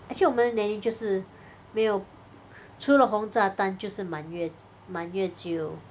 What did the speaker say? actually 我们的年龄就是没有除了红炸弹就是满月满月酒